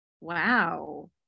Wow